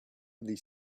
the